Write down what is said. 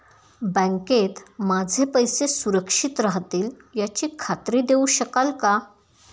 बँकेत माझे पैसे सुरक्षित राहतील याची खात्री देऊ शकाल का?